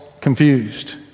confused